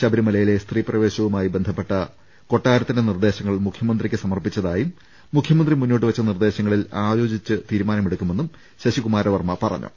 ശബരിമലയിലെ സ്ത്രീപ്രവേ ശവുമായി ബന്ധപ്പെട്ട കൊട്ടാരത്തിന്റെ നിർദ്ദേശങ്ങൾ മുഖ്യമന്ത്രിക്ക് സമർപ്പിച്ച തായും മുഖ്യമന്ത്രി മുന്നോട്ടുവെച്ച നിർദ്ദേശങ്ങളിൽ ആലോചിച്ചു തീരുമാനമെടു ക്കുമെന്നും ശശികുമാരവർമ്മ പറഞ്ഞു